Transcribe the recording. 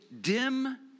dim